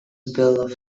bill